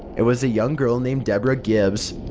it was a young girl named deborah gibbs.